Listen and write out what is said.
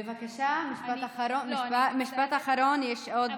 בבקשה, משפט אחרון, יש עוד, לא.